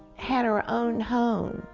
had her own home.